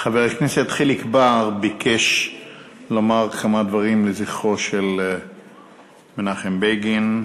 חבר הכנסת חיליק בר ביקש לומר כמה דברים לזכרו של מנחם בגין,